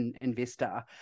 investor